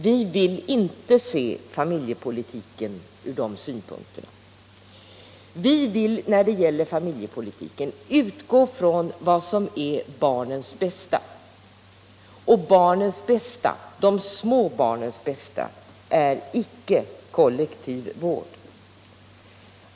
Vi vill inte se familjepolitiken från de synpunkterna. Vi vill när det gäller familjepolitiken utgå från vad som är barnens bästa. Och barnens bästa — de små barnens bästa —- är icke kollektiv vård.